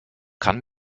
kann